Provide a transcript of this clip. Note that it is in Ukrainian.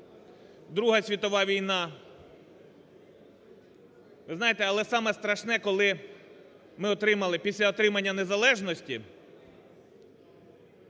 Друга Світова війна. Ви знаєте, але саме страшне, коли ми отримали після отримання незалежності.